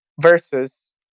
versus